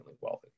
wealthy